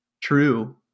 true